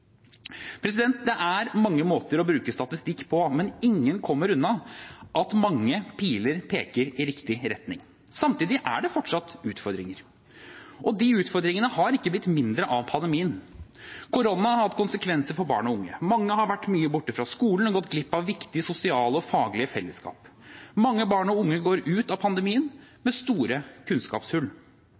Det er mange måter å bruke statistikk på, men ingen kommer unna at mange piler peker i riktig retning. Samtidig er det fortsatt utfordringer. De utfordringene har ikke blitt mindre av pandemien. Korona har hatt konsekvenser for barn og unge. Mange har vært mye borte fra skolen og gått glipp av viktige sosiale og faglige fellesskap. Mange barn og unge går ut av pandemien med store kunnskapshull.